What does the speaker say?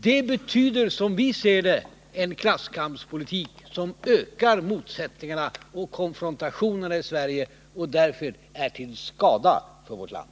Det betyder, som vi ser det, en klasskampspolitik som ökar motsättningarna och konfrontationerna i Sverige och som därför är till skada för vårt land.